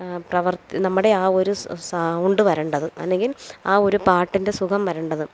പ്രവർത്തി നമ്മുടെ ആ ഒരു സൗ സൗണ്ട് വരേണ്ടത് അല്ലെങ്കിൽ ആ ഒരു പാട്ടിന്റെ സുഖം വരേണ്ടത്